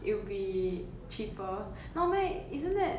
it will be cheaper not meh isn't that